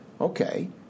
Okay